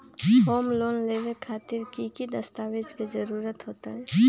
Home loan लेबे खातिर की की दस्तावेज के जरूरत होतई?